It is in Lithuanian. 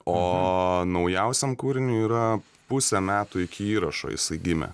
o naujausiam kūriniui yra pusę metų iki įrašo jisai gime